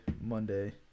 Monday